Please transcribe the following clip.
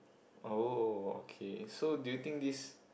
oh okay so do you think this